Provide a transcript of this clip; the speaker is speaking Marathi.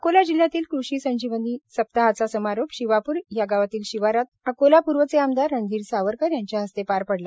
अकोला जिल्ह्यातील कृषी संजीवनी सप्ताहचा समारोप शिवापूर यागावातील शिवारात अकोला पूर्वचे आमदार रणधीर सावरकर यांच्या हस्ते पार पडला